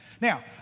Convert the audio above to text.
Now